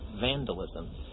vandalism